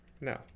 no